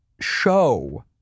show